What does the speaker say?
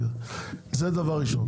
זה דבר ראשון.